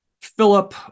Philip